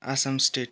Assam state